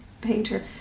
painter